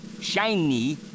shiny